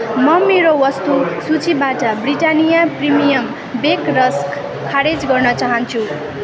म मेरो वस्तु सूचीबाट ब्रिटानिया प्रिमियम बेक रस्क खारेज गर्न चाहन्छु